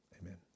Amen